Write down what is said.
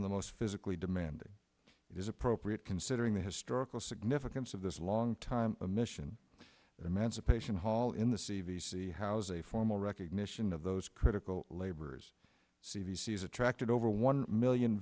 of the most physically demanding is appropriate considering the historical significance of this long time mission emancipation hall in the c b c house a formal recognition of those critical labors c b c s attracted over one million